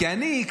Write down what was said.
כי אני,